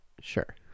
Sure